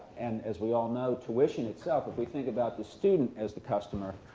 and as we all know, tuition itself, if we think about the student as the customer,